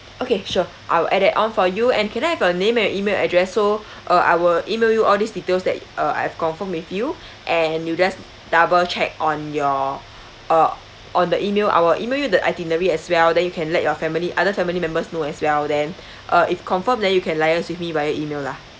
okay sure I'll add it on for you and can I have a name and email address so uh I will email you all these details that uh I've confirmed with you and you just double check on your uh on the email I will email you the itinerary as well then you can let your family other family members know as well then uh if confirm that you can liaise with me via email lah